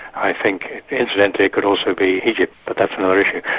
i think incidentally it could also be egypt, but that's another issue.